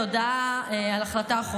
הודעה אחרונה על החלטה,